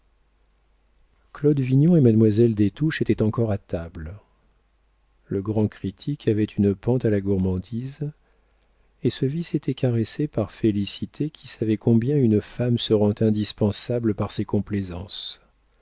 claude vignon et mademoiselle des touches étaient encore à table le grand critique avait une pente à la gourmandise et ce vice était caressé par félicité qui savait combien une femme se rend indispensable par ses complaisances